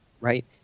Right